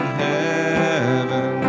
heaven